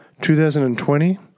2020